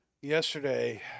yesterday